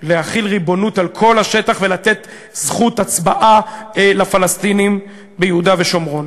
להחיל ריבונות על כל השטח ולתת זכות הצבעה לפלסטינים ביהודה ובשומרון.